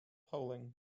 polling